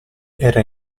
era